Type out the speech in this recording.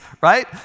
right